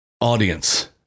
audience